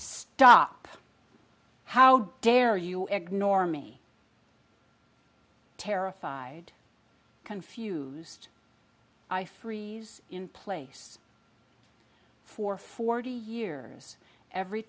stop how dare you ignore me terrified confused i freeze in place for forty years every